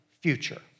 future